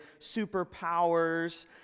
superpowers